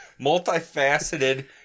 Multifaceted